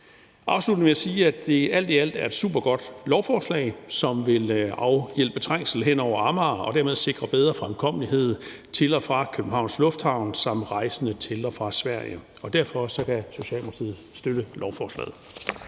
Afslutningsvis vil jeg sige, at det alt i alt er et supergodt lovforslag, som vil afhjælpe trængslen hen over Amager og dermed sikre bedre fremkommelighed til og fra Københavns Lufthavn samt for rejsende til og fra Sverige. Derfor kan Socialdemokratiet støtte lovforslaget.